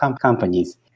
companies